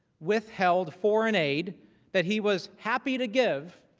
withheld foreign aid that he was happy to give,